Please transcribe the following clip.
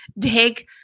take